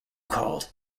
called